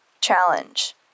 challenge